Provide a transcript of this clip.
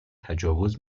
تجاوز